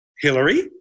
Hillary